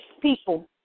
people